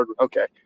Okay